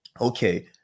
okay